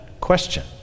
question